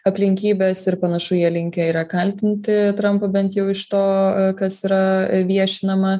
aplinkybes ir panašu jie linkę yra kaltinti trampą bent jau iš to kas yra viešinama